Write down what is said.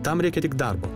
tam reikia tik darbo